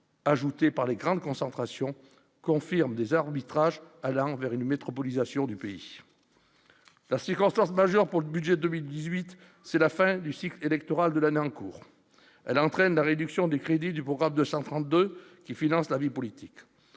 ajoutée par les grandes concentrations confirme des arbitrages à une métropolisation du pays la circonstance majeure pour le budget 2018, c'est la fin du cycle électoral de l'année en cours, elle entraîne la réduction des crédits du programme de 132 qui finance la vie politique,